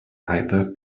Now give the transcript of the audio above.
piper